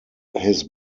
his